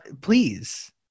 Please